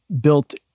built